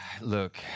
Look